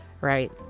right